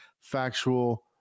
factual